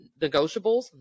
negotiables